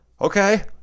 Okay